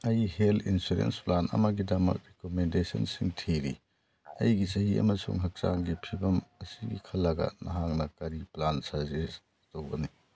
ꯑꯩ health insurance plan ꯑꯃꯒꯤꯗꯃꯛ ꯔꯤꯀꯃꯦꯟꯗꯦꯁꯟꯁꯤꯡ ꯊꯤꯔꯤ ꯑꯩꯒꯤ ꯆꯍꯤ ꯑꯃꯁꯨꯡ ꯍꯛꯆꯥꯡꯒꯤ ꯐꯤꯕꯝ ꯑꯁꯤꯒꯤ ꯈꯜꯂꯒ ꯅꯍꯥꯛꯅ ꯀꯔꯤ ꯄ꯭ꯂꯥꯟ ꯁꯖꯦꯁ ꯇꯧꯒꯅꯤ